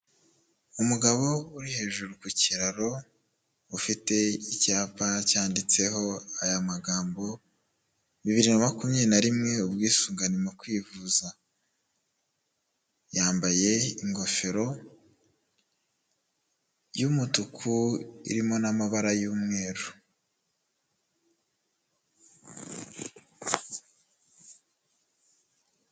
Umugabo uri hejuru ku kiraro ufite icyapa cyanditseho aya magambo "Bibiri na makumyabiri na rimwe ubwisungane mu kwivuza." Yambaye ingofero y'umutuku irimo n'amabara y'umweru.